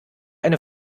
eine